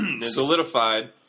Solidified